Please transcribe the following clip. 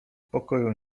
pokoju